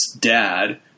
dad